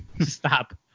stop